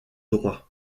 droit